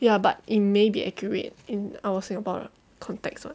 ya but it may be accurate in our singapore context lah